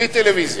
בלי טלוויזיה.